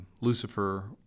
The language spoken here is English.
Lucifer